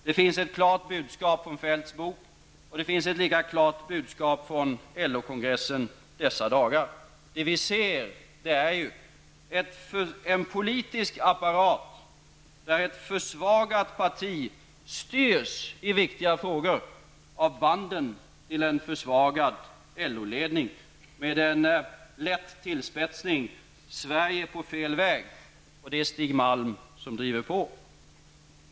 Det finns ett klart budskap i Feldts bok, och det finns ett lika klart budskap från LO-kongressen under just dessa dagar. Det vi ser är en politisk apparat där ett försvagat parti i viktiga frågor styrs av banden till en försvagad LO-ledning. Jag vill med en lätt tillspetsning säga: Sverige är på fel väg -- och det är Stig Malm som driver på.